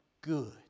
good